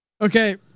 Okay